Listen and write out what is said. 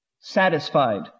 satisfied